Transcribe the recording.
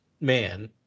man